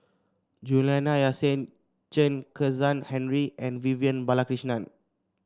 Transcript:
Juliana Yasin Chen Kezhan Henri and Vivian Balakrishnan